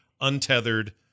Untethered